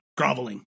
groveling